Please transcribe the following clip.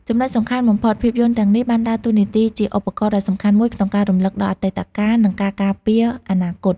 ចំណុចសំខាន់បំផុត ភាពយន្តទាំងនេះបានដើរតួនាទីជាឧបករណ៍ដ៏សំខាន់មួយក្នុងការ រំលឹកដល់អតីតកាល និងការការពារអនាគត។